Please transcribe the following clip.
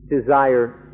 desire